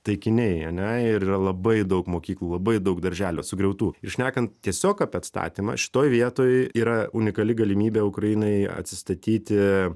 taikiniai ane ir yra labai daug mokyklų labai daug darželių sugriautų ir šnekant tiesiog apie atstatymą šitoj vietoj yra unikali galimybė ukrainai atsistatyti